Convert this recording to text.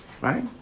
Right